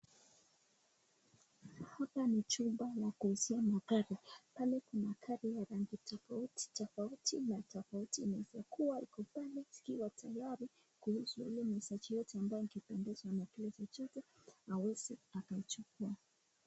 Hapa ni chumba ya kuuzia magari. Pale kuna gari ya rangi tofauti tofauti na tofauti na vile kuwa iko tayari kuuzwa na msajili yote ambaye akipendezwa na kile chake aweze akachukua.